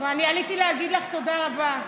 ואני עליתי להגיד לך תודה רבה.